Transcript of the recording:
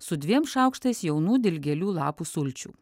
su dviem šaukštais jaunų dilgėlių lapų sulčių